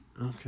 Okay